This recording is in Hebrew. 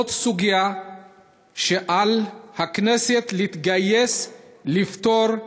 זאת סוגיה שעל הכנסת להתגייס לפתור,